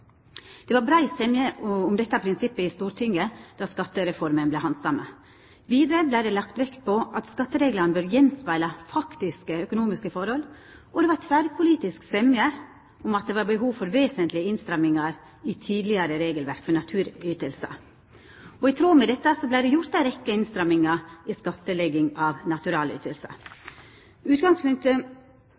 Det var brei semje om dette prinsippet i Stortinget da skattereforma vart handsama. Vidare vart det lagt vekt på at skattereglane bør spegla av faktiske økonomiske forhold, og det var tverrpolitisk semje om at det var behov for vesentlege innstrammingar i tidlegare regelverk for naturalytingar. I tråd med dette vart det gjort ei rekkje innstrammingar i skattlegginga av naturalytingar. Utgangspunktet